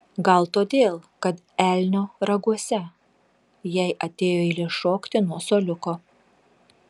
gal todėl kad elnio raguose jai atėjo eilė šokti nuo suoliuko